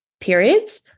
periods